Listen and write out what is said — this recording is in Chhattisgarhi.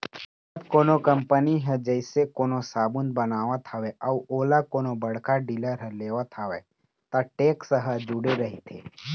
जब कोनो कंपनी ह जइसे कोनो साबून बनावत हवय अउ ओला कोनो बड़का डीलर ह लेवत हवय त टेक्स ह जूड़े रहिथे